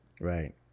Right